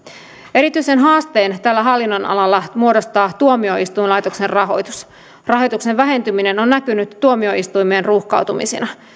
erityisen haasteen tällä hallinnonalalla muodostaa tuomioistuinlaitoksen rahoitus rahoituksen vähentyminen on näkynyt tuomioistuinten ruuhkautumisina